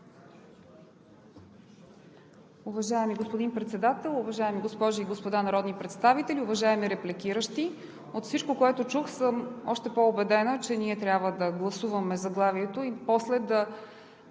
Уважаеми господин Председател, уважаеми госпожи и господа народни представители, уважаеми репликиращи! От всичко, което чух, съм още по-убедена, че трябва да гласуваме заглавието и после да